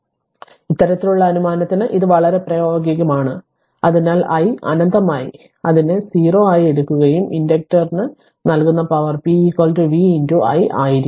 അതിനാൽ ഇത്തരത്തിലുള്ള അനുമാനത്തിന് ഇത് വളരെ പ്രായോഗികമാണ് അതിനാൽ i അനന്തമായി അതിനെ 0 ആയി എടുക്കുകയും ഇൻഡക്റ്ററിന് നൽകുന്ന പവർ p v I ആയിരിക്കും